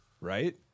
right